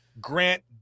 Grant